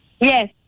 Yes